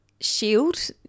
shield